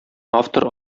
автор